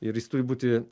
ir jis turi būti